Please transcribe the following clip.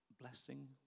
blessing